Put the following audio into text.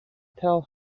tell